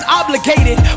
obligated